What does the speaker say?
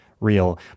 real